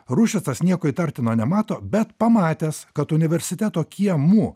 ruščicas nieko įtartino nemato bet pamatęs kad universiteto kiemu